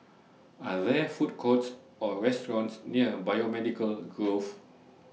Are There Food Courts Or restaurants near Biomedical Grove